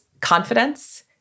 confidence